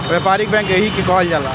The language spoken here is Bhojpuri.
व्यापारिक बैंक एही के कहल जाला